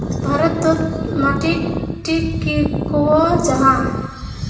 भारत तोत माटित टिक की कोहो जाहा?